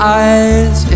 eyes